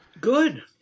Good